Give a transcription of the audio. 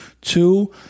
Two